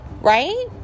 right